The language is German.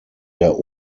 der